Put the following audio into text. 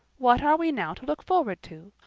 what are we now to look forward to?